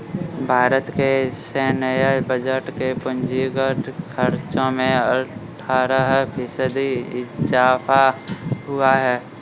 भारत के सैन्य बजट के पूंजीगत खर्चो में अट्ठारह फ़ीसदी इज़ाफ़ा हुआ है